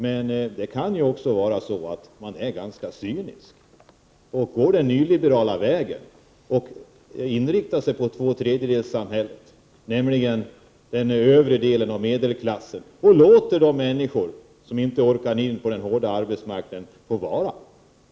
Men det kan ju också vara så att man är ganska cynisk, går den nyliberala vägen och inriktar sig på ”tvåtredjedelssamhället”, nämligen den övre delen av medelklassen, och låter de människor vara som inte orkar in på den hårda arbetsmarknaden.